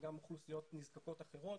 וגם אוכלוסיות נזקקות אחרות.